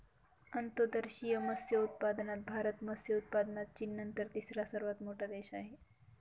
अंतर्देशीय मत्स्योत्पादनात भारत मत्स्य उत्पादनात चीननंतर तिसरा सर्वात मोठा देश आहे